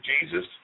Jesus